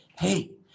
Hey